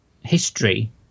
history